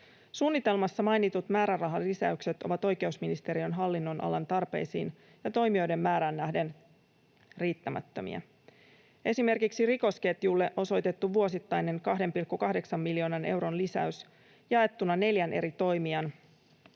Suunnitelmassa mainitut määrärahalisäykset ovat oikeusministeriön hallinnonalan tarpeisiin ja toimijoiden määrään nähden riittämättömiä. Esimerkiksi rikosketjulle osoitettu vuosittainen 2,8 miljoonan euron lisäys jaettuna neljän eri toimijan eli